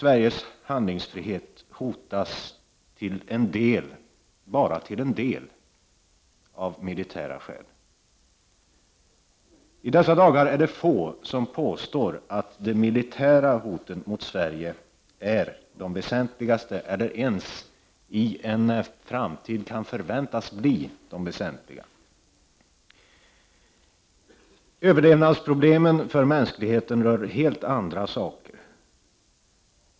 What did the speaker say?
Överlevnaden och handlingsfriheten för svenskt vidkommande hotas, men bara till en del, av militära skäl. I dessa dagar är det få som påstår att de militära hoten mot Sverige är de väsentligaste eller ens kan väntas bli det i en framtid. Mänsklighetens överlevnadsproblem rör helt andra saker.